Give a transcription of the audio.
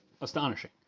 astonishing